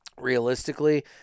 realistically